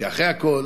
כי אחרי הכול